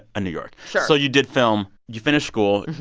a new york sure so you did film. you finished school.